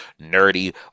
nerdy